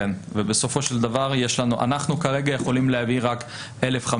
ובסופו של דבר אנחנו יכולים להביא רק 1,500,